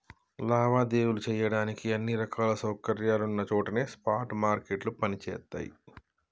లావాదేవీలు చెయ్యడానికి అన్ని రకాల సౌకర్యాలున్న చోటనే స్పాట్ మార్కెట్లు పనిచేత్తయ్యి